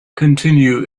continue